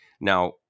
Now